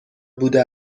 بوده